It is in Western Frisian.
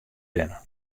binne